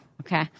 okay